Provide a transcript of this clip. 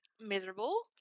miserable